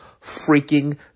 freaking